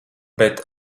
bet